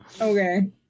Okay